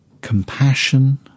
compassion